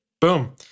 Boom